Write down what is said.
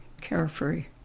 carefree